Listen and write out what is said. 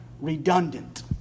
redundant